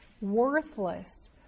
worthless